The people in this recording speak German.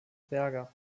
berger